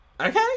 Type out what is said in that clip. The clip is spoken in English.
Okay